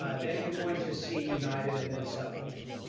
ah then you're going to see united and then southwest.